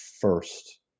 first